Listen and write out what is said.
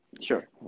Sure